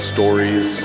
Stories